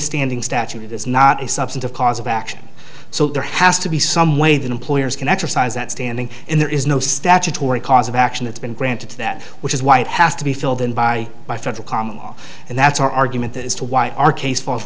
standing statute it is not a substantive cause of action so there has to be some way that employers can exercise that standing and there is no statutory cause of action that's been granted to that which is why it has to be filled in by by federal common law and that's our argument as to why our case falls